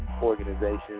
organizations